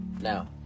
Now